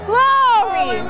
Glory